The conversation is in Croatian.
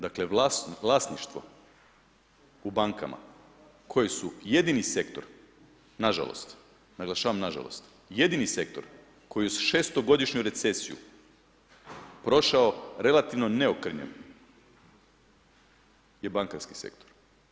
Dakle, vlasništvo u bankama, koje su jedini sektor, nažalost, naglašavam nažalost, jedini sektor koji uz šestogodišnju recesiju, prošao relativno neokrnjen, je bankarski sektor.